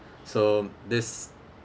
so this